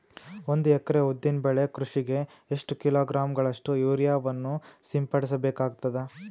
ಒಂದು ಎಕರೆ ಉದ್ದಿನ ಬೆಳೆ ಕೃಷಿಗೆ ಎಷ್ಟು ಕಿಲೋಗ್ರಾಂ ಗಳಷ್ಟು ಯೂರಿಯಾವನ್ನು ಸಿಂಪಡಸ ಬೇಕಾಗತದಾ?